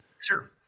Sure